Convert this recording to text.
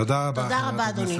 תודה רבה, אדוני.